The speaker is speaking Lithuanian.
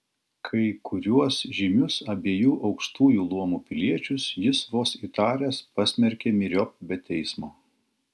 kai kuriuos žymius abiejų aukštųjų luomų piliečius jis vos įtaręs pasmerkė myriop be teismo